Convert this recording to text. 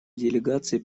делегации